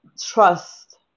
Trust